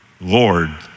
Lord